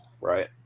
right